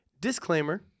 Disclaimer